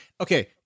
Okay